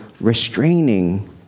restraining